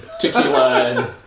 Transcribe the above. tequila